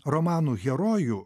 romanų herojų